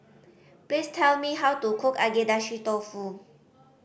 please tell me how to cook Agedashi Dofu